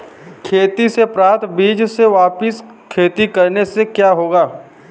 खेती से प्राप्त बीज से वापिस खेती करने से क्या होगा?